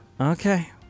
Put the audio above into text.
Okay